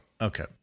Okay